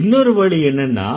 இன்னொரு வழி என்னன்னா